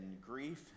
grief